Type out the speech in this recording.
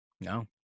No